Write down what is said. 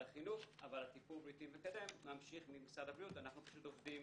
החינוך אבל הטיפול הבריאותי המקדם ממשיך ממשרד הבריאות ואנחנו פשוט עובדים